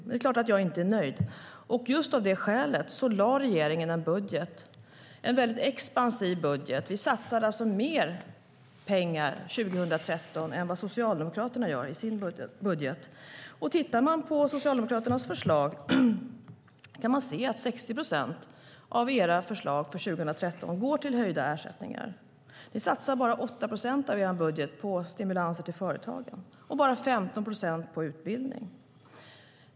Det är klart att jag inte är nöjd, och just av det skälet lade regeringen fram en väldigt expansiv budget. Vi satsar alltså mer pengar 2013 än vad Socialdemokraterna gör i sin budget. Tittar man på Socialdemokraternas förslag kan man se att 60 procent av era förslag för 2013 går till höjda ersättningar. Ni satsar bara 8 procent av er budget på stimulanser till företagen och bara 15 procent på utbildning.